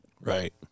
right